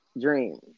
Dream